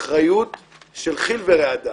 אחריות של חיל ורעדה.